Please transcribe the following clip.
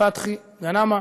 פתחי גנאמה.